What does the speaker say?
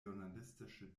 journalistische